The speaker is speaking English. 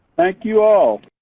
thank you all.